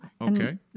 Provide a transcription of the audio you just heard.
Okay